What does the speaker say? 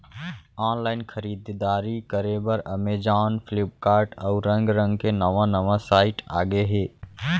online खरीददारी करे बर अमेजॉन, फ्लिपकार्ट, अउ रंग रंग के नवा नवा साइट आगे हे